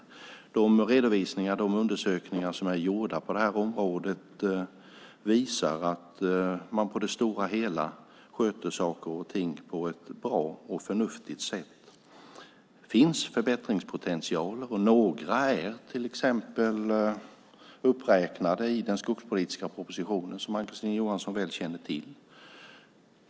De redovisningar och undersökningar som är gjorda på området visar att man på det stora hela sköter saker och ting på ett bra och förnuftigt sätt. Det finns förbättringspotential, och några saker är uppräknade till exempel i den skogspolitiska propositionen, som Ann-Kristine Johansson väl känner till.